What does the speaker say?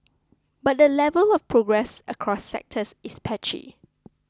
but the level of progress across sectors is patchy